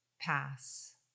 pass